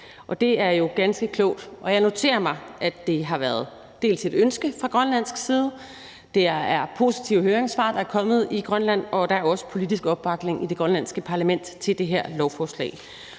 Og det er jo ganske klogt. Jeg noterer mig, at det har været et ønske fra grønlandsk side; det er positive høringssvar, der er kommet i Grønland; og der er også politisk opbakning i det grønlandske parlament til det her lovforslag.